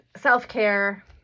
self-care